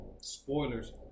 spoilers